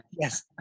yes